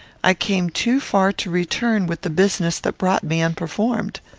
i came too far to return with the business that brought me unperformed.